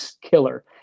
killer